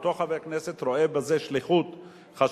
או אותו חבר כנסת רואה בזה שליחות חשובה,